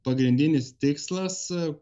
pagrindinis tikslas